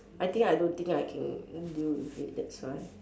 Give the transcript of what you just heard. I think I don't think I can deal with it that's why